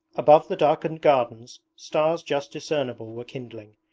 above the darkened gardens stars just discernible were kindling,